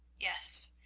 yes,